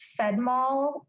FedMall